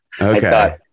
Okay